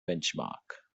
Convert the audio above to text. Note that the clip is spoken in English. benchmark